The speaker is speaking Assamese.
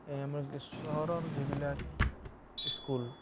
আমাৰ কি চহৰৰ যিবিলাক স্কুল